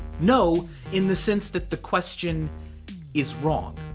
no in the sense that the question is wrong.